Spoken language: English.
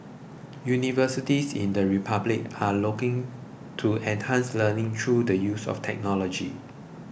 universities in the Republic are looking to enhance learning through the use of technology